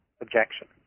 objection